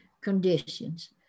conditions